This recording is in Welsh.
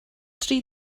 tri